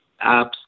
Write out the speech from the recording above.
apps